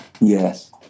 yes